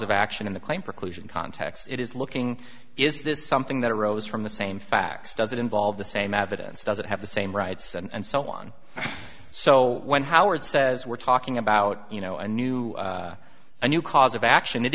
of action in the claim preclusion context it is looking is this something that arose from the same facts does it involve the same evidence does it have the same rights and so on so when howard says we're talking about you know a new a new cause of action it